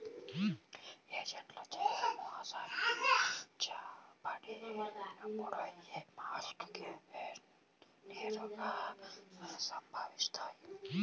ఏజెంట్లచే మోసగించబడినప్పుడు యీ మార్ట్ గేజ్ నేరాలు సంభవిత్తాయి